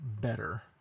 better